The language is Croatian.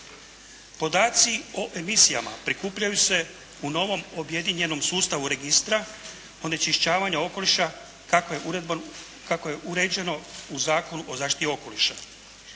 Podaci o emisijama prikupljaju se u novom objedinjenom sustavu registra onečišćavanja okoliša kako je uređeno u Zakonu o zaštiti okoliša.